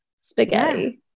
spaghetti